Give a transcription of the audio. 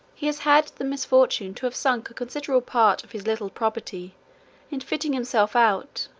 he has had the misfortune to have sunk a considerable part of his little property in fitting himself out,